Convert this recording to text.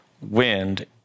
wind